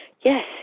Yes